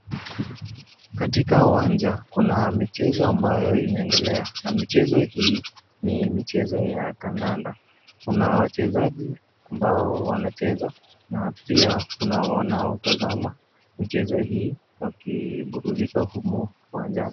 Katika uwanja, kuna michezo ambayo inaendelea. Na michezo hii, ni michezo ya kandanda. Kuna wachezaji ambao wanacheza, na pia kuna wanaotazama michezo hii wakiburudika humu uwanjani.